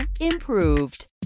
improved